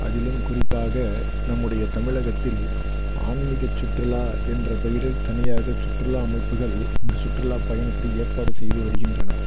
அதிலும் குறிப்பாக நம்முடைய தமிழகத்தில் ஆன்மீகச் சுற்றுலா என்ற பெயரில் தனியாக சுற்றுலா அமைப்புகள் இந்த சுற்றுலா பயணத்தை ஏற்பாடு செய்து வருகின்றன